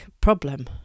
problem